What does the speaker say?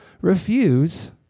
refuse